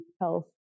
health